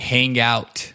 Hangout